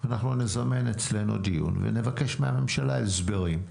אנחנו נזמן אצלנו דיון ונבקש מהממשלה הסברים.